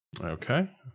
Okay